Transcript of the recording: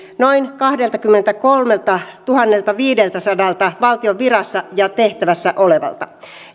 noin kahdeltakymmeneltäkolmeltatuhanneltaviideltäsadalta valtion virassa ja tehtävässä olevalta